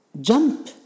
jump